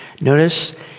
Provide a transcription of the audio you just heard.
Notice